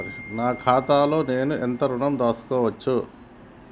నా ఖాతాలో నేను ఎంత ఋణం దాచుకోవచ్చు?